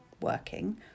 working